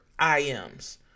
IMs